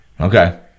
Okay